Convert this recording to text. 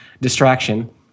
distraction